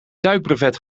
duikbrevet